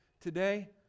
today